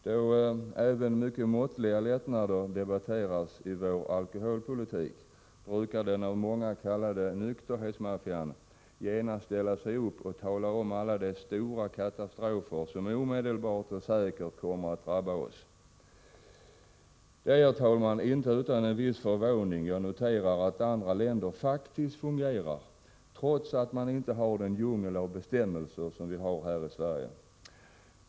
Då även mycket måttliga lättnader i vår alkoholpolitik debatteras brukar vad som av många kallas ”nykterhetsmaffian” genast ställa sig upp och tala om alla de stora katastrofer som då omedelbart och säkert kommer att drabba oss. Det är, herr talman, inte utan en viss förvåning jag noterar att andra länder faktiskt fungerar, trots att man där inte har den djungel av bestämmelser som vi har här i Sverige.